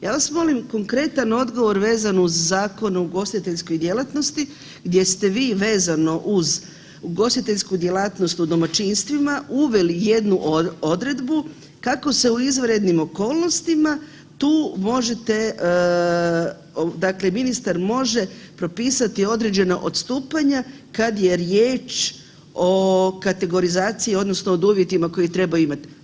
Ja vas molim konkretan odgovor vezan uz Zakon o ugostiteljskoj djelatnosti gdje ste vi vezano uz ugostiteljsku djelatnost u domaćinstvima uveli jednu odredbu kako se u izvanrednim okolnostima tu možete dakle ministar može propisati određena postupanja kada je riječ o kategorizaciji odnosno o uvjetima koje trebaju imat.